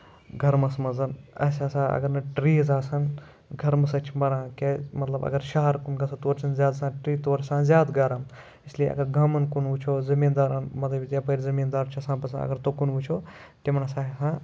گرمس منٛز اَسہِ اَگر نہٕ ٹریٖز آسن گرمہٕ سۭتۍ چھُ مَران کیازِ مطلب اَگر شہر کُن گژھو تورٕ چھےٚ آسان زیادٕ سَردی تورٕ چھُ آسان زیادٕ گرٕم اس لیے اَگر گامَن کُن وٕچھو زٔمیٖن دارَن مطلب یَپٲر زٔمیٖن دار چھِ آسان پَژَان اَگر تُکُن وٕچھو تِم ہسا